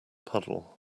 puddle